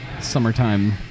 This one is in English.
summertime